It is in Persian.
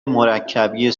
مرکبی